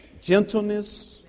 Gentleness